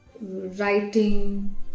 writing